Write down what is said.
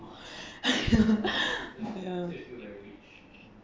ya